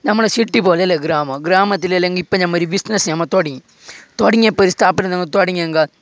നമ്മളുടെ ശിട്ടി പോലെയല്ല ഗ്രാമം ഗ്രാമത്തിലല്ലെങ്കിൽ ഇപ്പോൾ ഞമ്മ ഒരു ബിസിനസ്സ് ഞമ്മ തുടങ്ങി തുടങ്ങിയപ്പോൾ സ്ടാപ്പിൽ നമ്മ തുടങ്ങിയങ്കെ